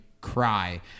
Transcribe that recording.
cry